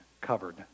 covered